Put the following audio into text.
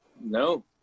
No